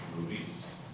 movies